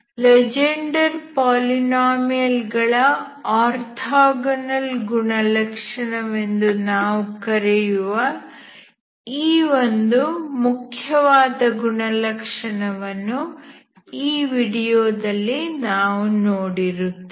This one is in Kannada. ಲೆಜೆಂಡರ್ ಪಾಲಿನಾಮಿಯಲ್ ಗಳ ಆರ್ಥೋಗೋನಲ್ ಗುಣಲಕ್ಷಣವೆಂದು ನಾವು ಕರೆಯುವ ಈ ಒಂದು ಮುಖ್ಯವಾದ ಗುಣಲಕ್ಷಣವನ್ನು ಈ ವಿಡಿಯೋದಲ್ಲಿ ನಾವು ನೋಡಿರುತ್ತೇವೆ